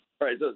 Right